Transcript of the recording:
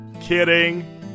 Kidding